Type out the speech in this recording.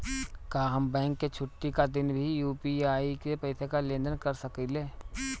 का हम बैंक के छुट्टी का दिन भी यू.पी.आई से पैसे का लेनदेन कर सकीले?